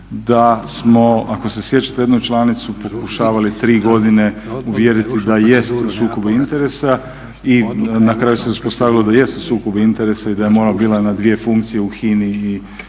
da smo ako se sjećate jednu članicu pokušavali tri godine uvjeriti da jest u sukobu interesa i na kraju se ispostavilo da jest u sukobu interesa i da je bila na dvije funkcije u HINA-i u